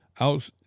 out